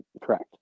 Correct